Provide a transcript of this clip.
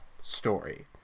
Story